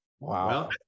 Wow